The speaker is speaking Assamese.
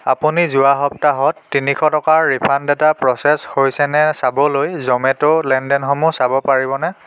আপুনি যোৱা সপ্তাহত তিনিশ টকাৰ ৰিফাণ্ড এটা প্ৰ'চেছ হৈছেনে চাবলৈ জ'মেট' লেনদেনসমূহ চাব পাৰিবনে